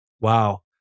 Wow